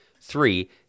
Three